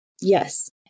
Yes